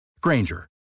Granger